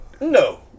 No